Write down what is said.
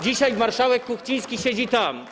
Dzisiaj marszałek Kuchciński siedzi tam.